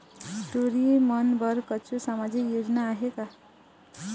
टूरी बन बर कछु सामाजिक योजना आहे का?